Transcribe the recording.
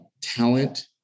talent